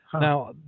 Now